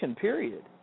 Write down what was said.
period